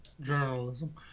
Journalism